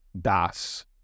das